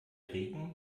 regen